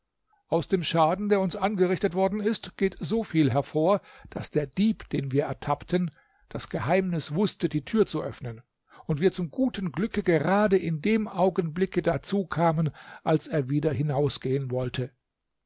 aus dem schaden der uns angerichtet worden ist geht so viel hervor daß der dieb den wir ertappten das geheimnis wußte die tür zu öffnen und wir zum guten glücke gerade in dem augenblicke dazu kamen als er wieder hinausgehen wollte